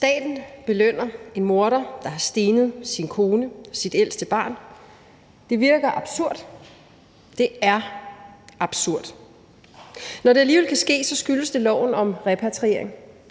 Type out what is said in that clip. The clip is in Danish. Staten belønner en morder, der har stenet sin kone og sit ældste barn. Det virker absurd, det er absurd. Når det alligevel kan ske, skyldes det loven om repatriering;